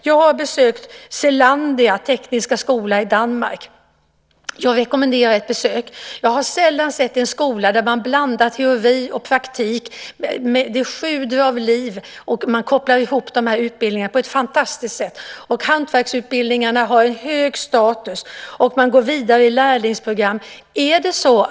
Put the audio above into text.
Jag har besökt Selandias tekniska skola i Danmark. Jag rekommenderar ett besök. Jag har sällan sett en skola där man blandar teori och praktik. Det sjuder av liv. Man kopplar ihop de här utbildningarna på ett fantastiskt sätt. Hantverksutbildningarna har en hög status. Man går vidare i lärlingsprogram.